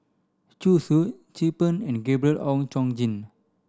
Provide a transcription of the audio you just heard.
Zhu Xu Chin Peng and Gabriel Oon Chong Jin